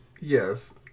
yes